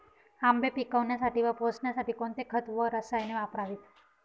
आंबे पिकवण्यासाठी व पोसण्यासाठी कोणते खत व रसायने वापरावीत?